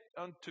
unto